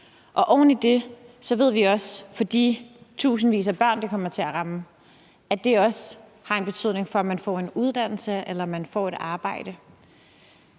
Oven i det ved vi også, at det for de tusindvis af børn, det kommer til ramme, har en betydning for, at man får en uddannelse, eller at man får et arbejde.